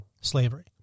slavery